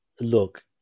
look